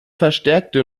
verstärkte